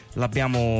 l'abbiamo